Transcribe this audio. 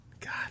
God